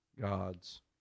God's